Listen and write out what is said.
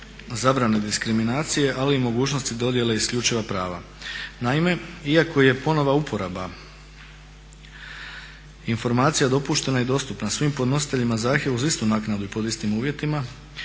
zabrane diskiminacije, ali i mogućnosti dodjele isključiva prava. Naime, iako je ponovna uporaba informacija dopuštena i dostupna svim podnositeljima zahtjeva uz istu naknadu i pod istim uvjetima